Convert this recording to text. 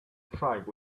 tribe